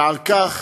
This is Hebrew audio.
ועל כך